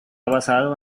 basado